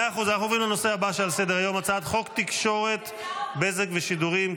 שעל סדר-היום: הצעת חוק התקשורת (בזק ושידורים)